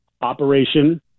operation –